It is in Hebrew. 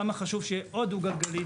כמה חשוב שיהיה עד דו גלגלי.